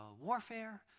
warfare